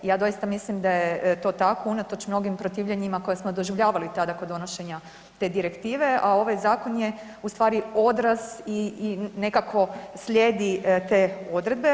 I ja doista mislim da je to tako unatoč mnogim protivljenjima koja smo doživljavali tada kod donošenja te direktive, a ovaj zakon je ustvari odraz i nekako slijedi te odredbe.